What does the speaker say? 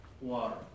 water